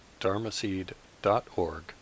dharmaseed.org